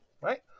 Right